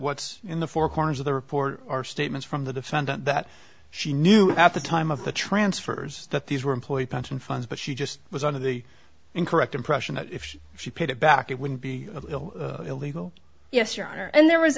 what's in the four corners of the report are statements from the defendant that she knew at the time of the answers that these were employed pension funds but she just was under the incorrect impression that if she paid it back it would be illegal yes your honor and there